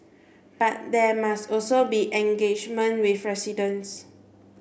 but there must also be engagement with residents